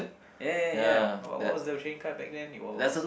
ya ya ya what was the trading card back then it was